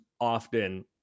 often